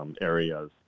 Areas